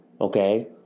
Okay